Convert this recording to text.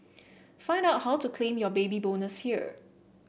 find out how to claim your Baby Bonus here